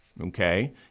okay